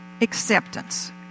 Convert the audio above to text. acceptance